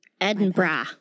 Edinburgh